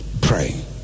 Pray